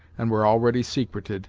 and were already secreted,